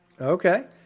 Okay